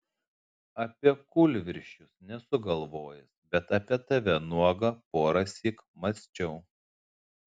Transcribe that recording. apie kūlvirsčius nesu galvojęs bet apie tave nuogą porąsyk mąsčiau